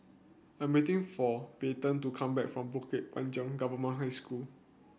I'm waiting for Payton to come back from Bukit Panjang Government High School